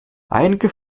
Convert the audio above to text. einige